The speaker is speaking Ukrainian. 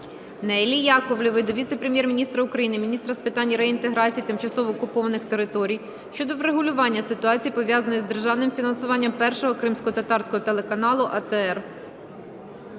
Неллі Яковлєвої до віце-прем'єр-міністра України - міністра з питань реінтеграції тимчасово окупованих територій щодо врегулювання ситуації, пов'язаної з державним фінансуванням першого кримськотатарського телеканалу ATR.